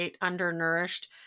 undernourished